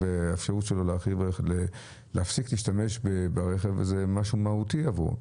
והאפשרות שלו להפסיק להשתמש ברכב הזה היא משהו מהותי עבורו.